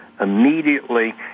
Immediately